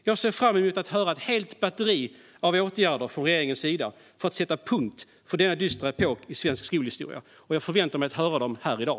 Jag ser fram emot att få höra ett helt batteri av åtgärder från regeringen för att sätta punkt för denna dystra epok i svensk skolhistoria, och jag förväntar mig att höra dem här i dag.